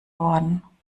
worden